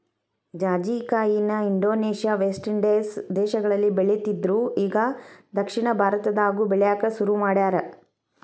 ಜಾಜಿಕಾಯಿನ Indonesia, West Indies ದೇಶಗಳಲ್ಲಿ ಬೆಳಿತ್ತಿದ್ರು ಇಗಾ ದಕ್ಷಿಣ ಭಾರತದಾಗು ಬೆಳ್ಯಾಕ ಸುರು ಮಾಡ್ಯಾರ